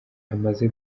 amaze